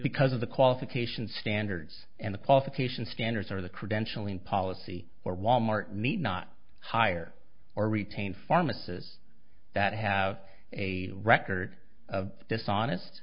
because of the qualification standards and the qualification standards or the credentialing policy or walmart need not hire or retain pharmacists that have a record of dishonest